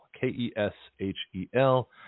K-E-S-H-E-L